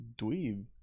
dweeb